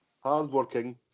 hardworking